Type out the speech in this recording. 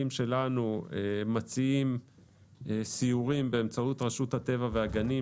שלנו אנחנו מציעים סיורים באמצעות רשות הטבע והגנים,